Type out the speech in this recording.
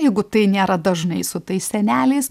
jeigu tai nėra dažnai su tais seneliais